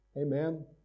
Amen